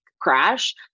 crash